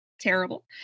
terrible